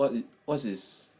what what's his